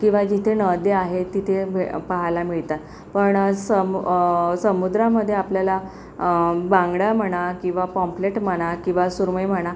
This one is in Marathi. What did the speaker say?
किंवा जिथे नद्या आहेत तिथे ब पहायला मिळतात पण आज समु समुद्रामध्ये आपल्याला बांगडा म्हणा किंवा पॉम्पलेट म्हणा किंवा सुरमई म्हणा